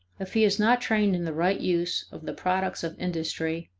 if he is not trained in the right use of the products of industry,